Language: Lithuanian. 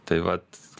tai vat